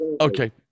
Okay